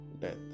death